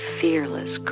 fearless